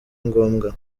ngombwa